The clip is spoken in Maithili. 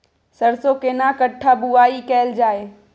सरसो केना कट्ठा बुआई कैल जाय?